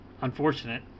unfortunate